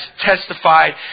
testified